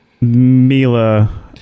Mila